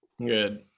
Good